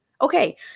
Okay